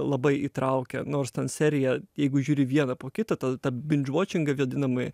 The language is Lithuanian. labai įtraukia nors ten serija jeigu žiūri vieną po kito tada tą bindž votšingą vadinamąjį